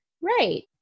right